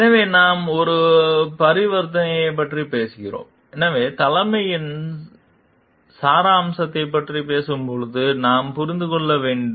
எனவே நாம் ஒரு பரிவர்த்தனையைப் பற்றி பேசுகிறோம் எனவே தலைமையின் சாராம்சத்தைப் பற்றி பேசும்போது நாம் புரிந்து கொள்ள வேண்டும்